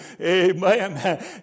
Amen